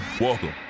Welcome